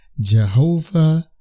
Jehovah